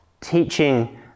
Teaching